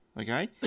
okay